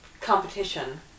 Competition